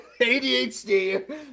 ADHD